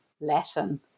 Latin